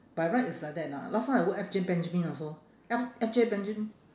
by right it's like that ah last time I work F_J benjamin also F F_J benja~